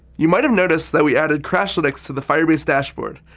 you might have noticed that we added crashlytics to the firebase dashboard.